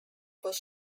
was